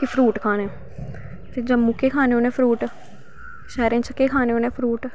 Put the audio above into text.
के fruit खाने फ्ही जम्मू केह् खाने उनै फ्रूट शैह्रैं च केह् खाने उनै फ्रूट